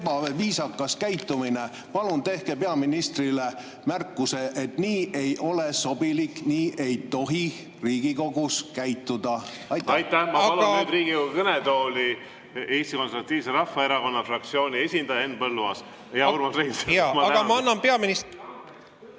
ebaviisakas käitumine. Palun tehke peaministrile märkus, et nii ei ole sobilik, nii ei tohi Riigikogus käituda. Aitäh! Ma palun nüüd Riigikogu kõnetooli Eesti Konservatiivse Rahvaerakonna fraktsiooni esindaja Henn Põlluaasa. Hea Urmas Reinsalu, ma tänan teid!